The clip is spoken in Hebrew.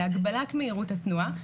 להגבלת מהירות התנועה,